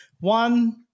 One